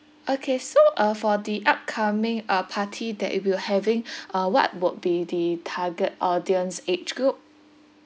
okay so uh for the upcoming uh party that you'll be having uh what would be the target audience age group